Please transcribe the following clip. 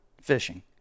fishing